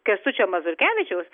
kęstučio mazurkevičiaus